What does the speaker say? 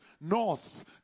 nos